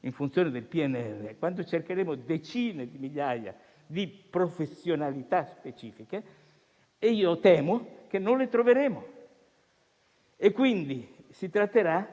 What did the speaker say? in funzione del PNRR, quando cercheremo decine di migliaia di professionalità specifiche, che temo non troveremo. Bisognerà